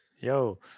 Yo